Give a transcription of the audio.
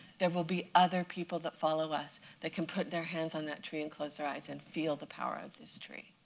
there will be other people that follow us that can put their hands on that tree and close their eyes and feel the power of this tree?